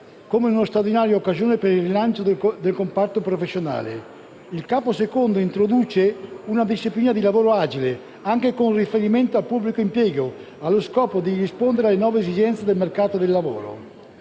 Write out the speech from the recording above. come una straordinaria occasione per il rilancio del comparto professionale. Il capo II introduce una disciplina del lavoro agile, anche con riferimento al pubblico impiego, allo scopo di rispondere alle nuove esigenze del mercato del lavoro.